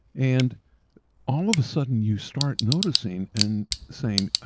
and all of a sudden, you start noticing and saying,